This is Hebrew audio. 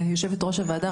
יושבת-ראש הוועדה,